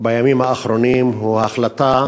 בימים האחרונים הוא ההחלטה